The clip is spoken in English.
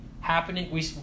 happening